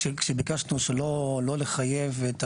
כשביקשנו שלא לחייב את